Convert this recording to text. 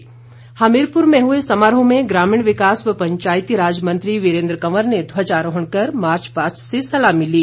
हमीरपुर समारोह हमीरपुर में हुए समारोह में ग्रामीण विकास व पंचायती राज मंत्री वीरेन्द्र कंवर ने ध्वजारोहण कर मार्च पास्ट से सलामी ली